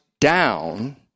down